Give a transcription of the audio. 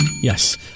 Yes